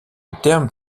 terme